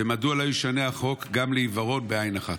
4. מדוע לא ישונה החוק גם לעיוורון בעין אחת?